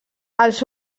els